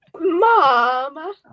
Mom